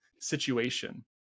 situation